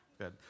Good